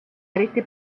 eriti